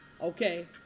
Okay